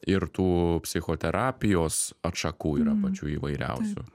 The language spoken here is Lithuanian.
ir tų psichoterapijos atšakų yra pačių įvairiausių